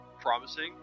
promising